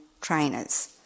trainers